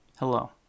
Hello